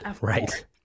right